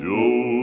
Joe